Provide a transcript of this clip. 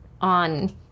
on